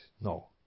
no